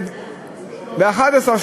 ב-11.